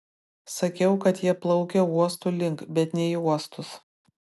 sakiau kad jie plaukia uostų link bet ne į uostus